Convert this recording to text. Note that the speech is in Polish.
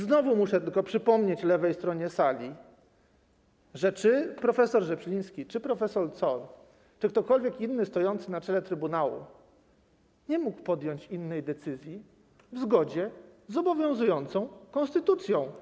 Znowu muszę przypomnieć lewej stronie sali, że prof. Rzepliński czy prof. Zoll, czy ktokolwiek inny stojący na czele trybunału nie mógł podjąć innej decyzji w zgodzie z obowiązującą konstytucją.